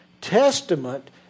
Testament